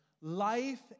life